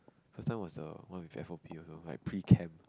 first time was the one with F_O_P also like pre camp